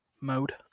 mode